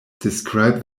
describe